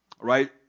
right